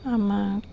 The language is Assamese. আমাৰ